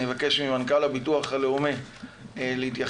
אני אבקש ממנכ"ל הביטוח הלאומי להתייחס.